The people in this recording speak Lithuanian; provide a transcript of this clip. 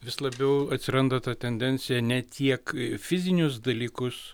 vis labiau atsiranda ta tendencija ne tiek fizinius dalykus